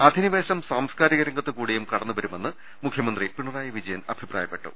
അധിനിവേശം സാംസ്കാരിക രംഗത്ത് കൂടിയും കടന്നുവരു മെന്ന് മുഖൃമന്ത്രി പിണറായി വിജയൻ അഭിപ്രായപ്പെട്ടു